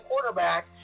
quarterback